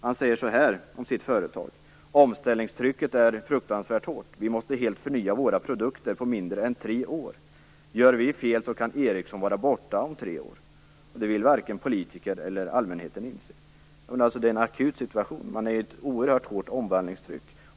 Han säger så här om sitt företag: Omställningstrycket är fruktansvärt hårt. Vi måste helt förnya våra produkter på mindre än tre år. Gör vi fel kan Ericsson vara borta om tre år, och det vill varken politiker eller allmänheten inse. Det är en akut situation. Det finns ett oerhört omvandlingstryck.